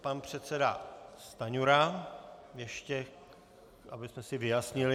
Pan předseda Stanjura ještě, abychom si vyjasnili...